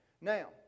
Now